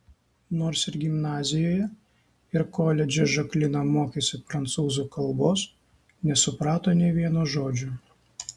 nors ir gimnazijoje ir koledže žaklina mokėsi prancūzų kalbos nesuprato nė vieno žodžio